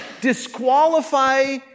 disqualify